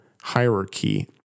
Hierarchy